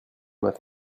matins